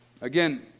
Again